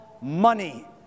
money